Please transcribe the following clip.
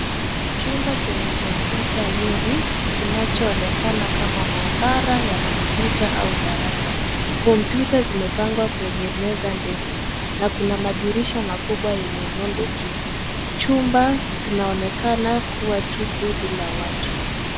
Chumba chenye kompyuta nyingi kinacho onekana kama maabara ya kompyuta au darasa. Kompyuta zimepangwa kwenye meza ndefu na kuna madirisha makubwa yenye nondo juu. Chumba kinaonekana kuwa tupu bila watu.